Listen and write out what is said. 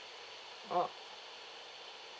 oh